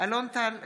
אינו נוכח אלון טל,